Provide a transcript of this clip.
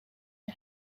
the